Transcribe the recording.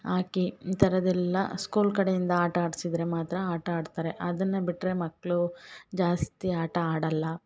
ಆಕಿ ಈ ಥರದ್ ಎಲ್ಲಾ ಸ್ಕೂಲ್ ಕಡೆಯಿಂದ ಆಟ ಆಡ್ಸಿದ್ದರೆ ಮಾತ್ರ ಆಟ ಆಡ್ತಾರೆ ಅದನ್ನ ಬಿಟ್ಟರೆ ಮಕ್ಕಳು ಜಾಸ್ತಿ ಆಟ ಆಡಲ್ಲ